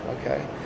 okay